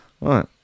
right